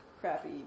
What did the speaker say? crappy